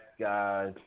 guys